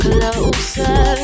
Closer